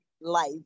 life